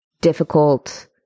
difficult